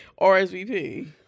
rsvp